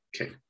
Okay